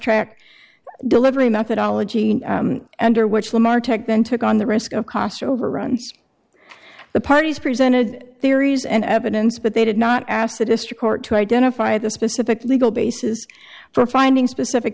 track delivery methodology and or which lamar tech then took on the risk of cost overruns the parties presented theories and evidence but they did not ask the district court to identify the specific legal basis for finding specific